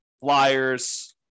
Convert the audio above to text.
flyers